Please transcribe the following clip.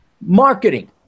marketing